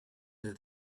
that